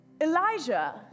Elijah